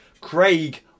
Craig